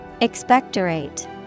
Expectorate